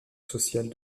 sociale